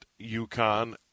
UConn